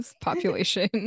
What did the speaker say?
population